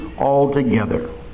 altogether